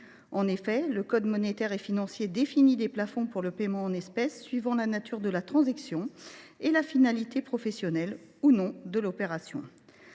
Le code monétaire et financier définit en effet des plafonds pour les paiements en espèces suivant la nature de la transaction et la finalité professionnelle ou non de l’opération.